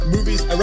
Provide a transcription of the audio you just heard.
Movies